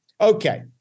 Okay